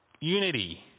Unity